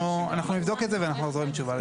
אנחנו נבדוק את זה ואנחנו חוזרים עם תשובה.